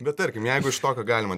bet tarkim jeigu iš to ką galima